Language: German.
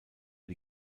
die